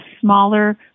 smaller